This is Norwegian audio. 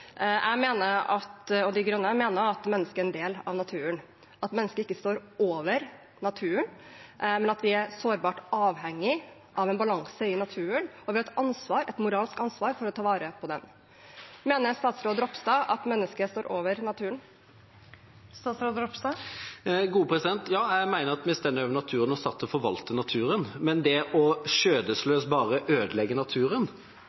Jeg og De Grønne mener at mennesket er en del av naturen, at mennesket ikke står over naturen, men at vi er sårbart avhengig av en balanse i naturen, og at vi har et moralsk ansvar for å ta vare på den. Mener statsråd Ropstad at mennesket står over naturen? Ja, jeg mener vi står over naturen og er satt til å forvalte naturen. Men det å skjødesløst bare ødelegge naturen